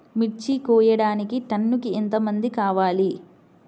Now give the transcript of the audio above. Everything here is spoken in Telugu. మిర్చి కోయడానికి టన్నుకి ఎంత మంది కావాలి?